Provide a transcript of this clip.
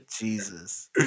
Jesus